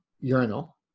urinal